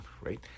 right